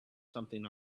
something